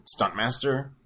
Stuntmaster